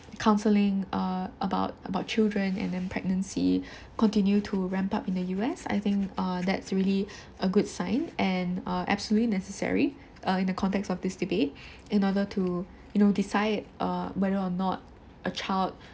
the counseling uh about about children and then pregnancy continue to ramp up in the U_S I think uh that's really a good sign and uh absolutely necessary uh in the context of this debate in order to you know decide uh whether or not a child